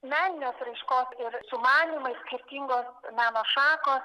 meninės raiškos ir sumanymai skirtingos meno šakos